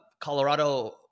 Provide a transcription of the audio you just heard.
Colorado